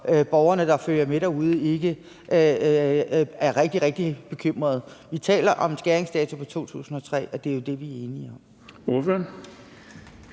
borgerne, der ser med derude, så de ikke bliver rigtig, rigtig bekymrede. Vi taler om en skæringsdato fra 2003, og det er jo det, vi er enige om.